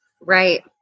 Right